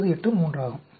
983 ஆகும்